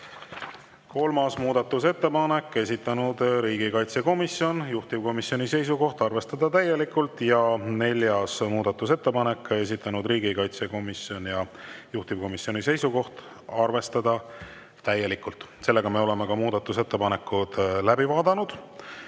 Kolmas muudatusettepanek, esitanud riigikaitsekomisjon, juhtivkomisjoni seisukoht: arvestada täielikult. Ja neljas muudatusettepanek, esitanud riigikaitsekomisjon ja juhtivkomisjoni seisukoht: arvestada täielikult. Me oleme muudatusettepanekud läbi